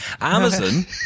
Amazon